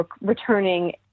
returning